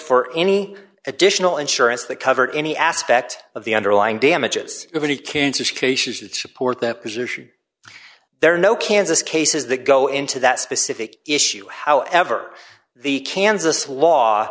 for any additional insurance that covered any aspect of the underlying damages of any cancer cases that support their position there are no kansas cases that go into that specific issue however the kansas law